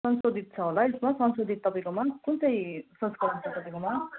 संशोधित छ होला यसमा संशोधित तपाईँकोमा कुन चाहिँ संस्करण छ तपाईँकोमा